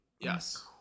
yes